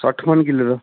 ਸੱਠ ਮਣ ਕਿੱਲੇ ਦਾ